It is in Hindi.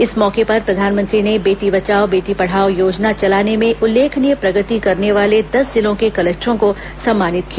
इस मौके पर प्रधानमंत्री ने बेटी बचाओ बेटी पढ़ाओ योजना चलाने में उल्लेखनीय प्रगति करने वाले दस जिलों के कलेक्टरॉ को सम्मानित किया